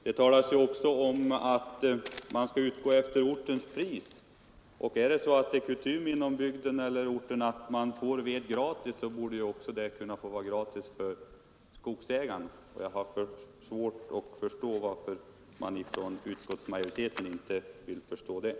Det talas också om att man skall utgå från ortens pris. Är det då kutym på orten att man får ved gratis, så borde ju även skogsägaren kunna få veden gratis. Jag har svårt att förstå varför utskottsmajoriteten inte vill inse detta.